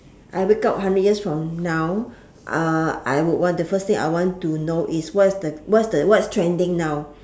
I wake up hundred years from now I want the first thing I want to know is what's the what's the what's trending now